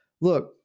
look